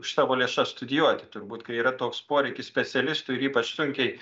už savo lėšas studijuoti turbūt kai yra toks poreikis specialistų ir ypač sunkiai